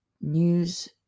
news